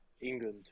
England